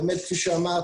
כפי שאמרת,